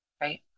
right